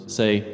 say